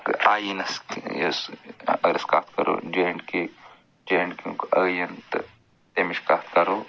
آئیٖنس یُس اگر أسۍ کتھ کَرو جے اینٛڈ کے جے اینٛڈ ہُک أیٖنہٕ تہٕ تٔمِچ کتھ کَو